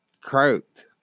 croaked